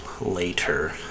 later